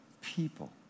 people